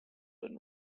and